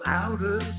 outer